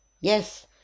Yes